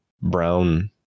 brown